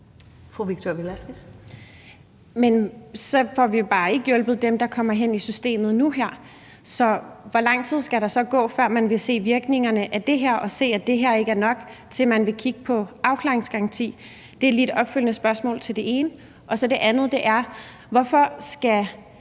så får vi bare ikke hjulpet dem, der kommer hen i systemet nu her. Så hvor lang tid skal der så gå, før man vil se virkningerne af det her, og se, at det her ikke er nok, til at man vil kigge på en afklaringsgaranti? Det er lige et opfølgende spørgsmål til det ene. Det andet er: Hvorfor skal